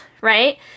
right